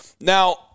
Now